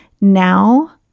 now